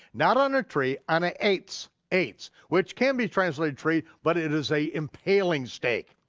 not on a tree, on a etz, etz, which can be translated tree, but it is a impaling stake.